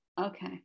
Okay